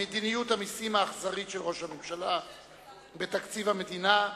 מדיניות המסים האכזרית של ראש הממשלה בתקציב המדינה,